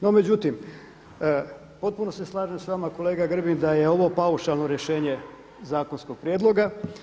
No međutim, potpuno se slažem s vama kolega Grbin da je ovo paušalno rješenje zakonskog prijedloga.